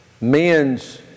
Men's